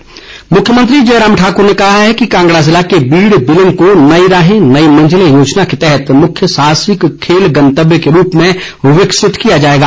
मुख्यमंत्री मुख्यमंत्री जयराम ठाकुर ने कहा कि कांगड़ा जिले के बीड़ बिलिंग को नई राहें नई मंजिलें योजना के तहत मुख्य साहसिक खेल गुँतव्य के रूप में विकसित किया जाएगा